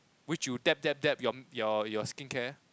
which you dab dab dab your your your skincare